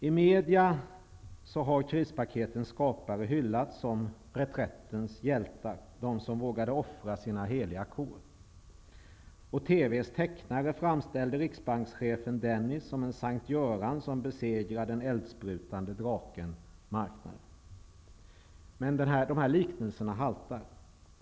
I media har krispaketens skapare hyllats som reträttens hjältar, de som vågade offra sina heliga kor. Och TV:s tecknare framställde riksbankschef Dennis som en S:t Göran som besegrar den eldsprutande draken marknaden. Men liknelserna haltar.